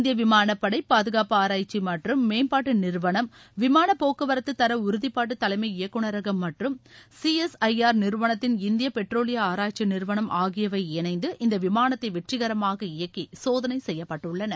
இந்திய விமானப்படை பாதுகாப்பு ஆராய்ச்சி மற்றும் மேம்பாட்டு நிறுவனம் விமாள போக்குவரத்து தர உறுதிப்பாட்டு தலைமை இயக்குநரகம் மற்றும் சி எஸ் ஐ ஆர் நிறுவனத்தின் இந்திய பெட்ரோலிய ஆராய்ச்சி நிறுவனம் ஆகியவை இணைந்து இந்த விமானத்தை வெற்றிகரமாக இயக்கி சேதளை செய்யப்பட்டுள்ளன